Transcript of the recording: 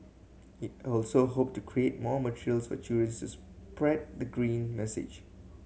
he also hope to create more materials for children's to spread the green message